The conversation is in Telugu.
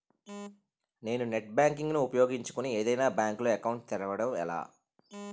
నేను నెట్ బ్యాంకింగ్ ను ఉపయోగించుకుని ఏదైనా బ్యాంక్ లో అకౌంట్ తెరవడం ఎలా?